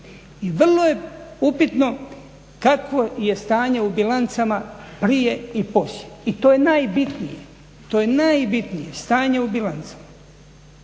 i vrlo je upitno kakvo je stanje u bilancama prije i poslije i to je najbitnije. To je najbitnije, stanje u bilancama.